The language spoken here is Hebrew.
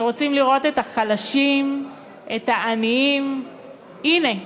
שרוצים לראות את החלשים, את העניים, הנה,